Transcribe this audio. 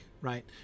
right